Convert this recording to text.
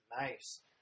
Nice